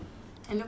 hello